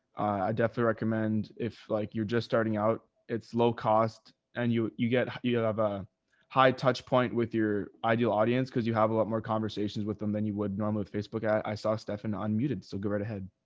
i definitely recommend if like you're just starting out it's low cost and you, you get, you have a high touch point with your ideal audience because you have a lot more conversations with them than you would normally facebook. i saw stefan un-muted so go right ahead.